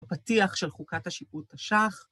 בפתיח של חוקת השיפוט תש"ח.